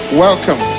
welcome